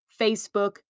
Facebook